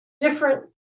different